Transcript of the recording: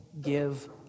give